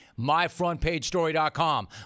myfrontpagestory.com